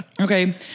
Okay